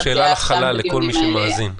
-- אני שואל שאלה לחלל לכל מי שמאזין.